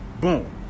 Boom